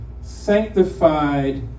sanctified